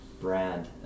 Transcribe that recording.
brand